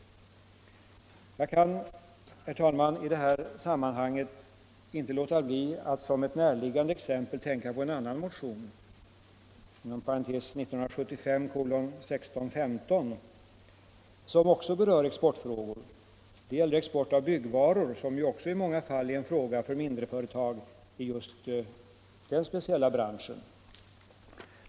Jag kan i detta sammanhang inte låta bli att som ett närliggande exempel tänka på en annan motion, 1975:1615, som också berör exportfrågor. Den gäller export av byggvaror, som ju också i många fall är en fråga för mindreföretag i den speciella branschen.